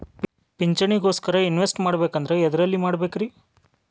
ಪಿಂಚಣಿ ಗೋಸ್ಕರ ಇನ್ವೆಸ್ಟ್ ಮಾಡಬೇಕಂದ್ರ ಎದರಲ್ಲಿ ಮಾಡ್ಬೇಕ್ರಿ?